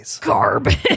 garbage